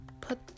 put